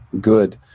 good